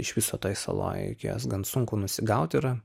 iš viso toj saloj iki jos gan sunku nusigauti yra